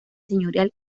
señorial